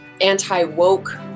anti-woke